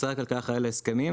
משרד הכלכלה אחראי על ההסכמים.